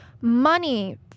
Money